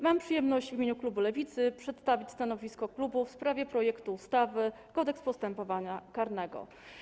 Mam przyjemność w imieniu klubu Lewicy przedstawić stanowisko klubu w sprawie projektu ustawy o zmianie ustawy - Kodeks postępowania karnego.